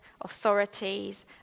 authorities